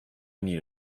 need